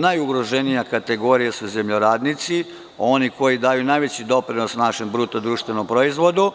Najugroženija kategorija su zemljoradnici, oni koji daju najveći doprinos našem BDP-u,